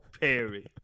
Perry